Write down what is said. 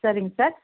சரிங்க சார்